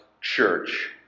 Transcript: church